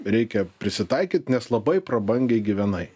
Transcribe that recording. reikia prisitaikyt nes labai prabangiai gyvenai